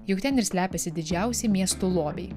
juk ten ir slepiasi didžiausi miestų lobiai